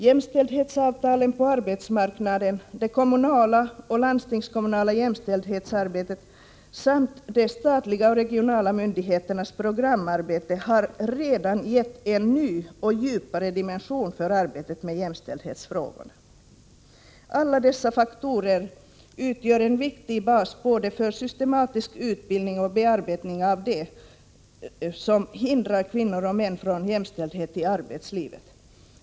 Jämställdhetsavtalen på arbetsmarknaden, det kommunala och landstingskommunala jämställdhetsarbetet samt de statliga och regionala myndigheternas programarbete har redan gett en ny och djupare dimension åt arbetet med jämställdhetsfrågorna. Alla dessa faktorer utgör en viktig bas för både systematisk utbildning och bearbetning av det som hindrar kvinnor och män från jämställdhet i arbetslivet.